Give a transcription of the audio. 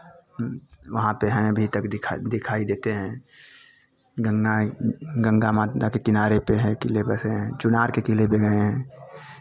वहाँ पे हैं अभी तक दिखा दिखाई देते हैं गंगा गंगा माता के किनारे पे है किले बसे हैं चुनार के किले पे गए हैं